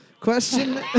Question